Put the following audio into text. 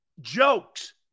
Jokes